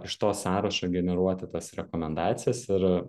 iš to sąrašo generuoti tas rekomendacijas yra